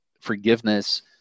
forgiveness